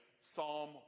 Psalm